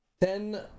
Ten